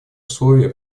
условия